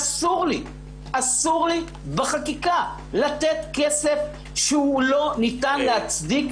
אסור לי בחקיקה לתת כסף שהוא לא ניתן להצדיק,